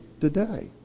today